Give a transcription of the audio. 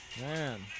Man